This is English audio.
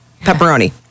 Pepperoni